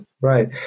Right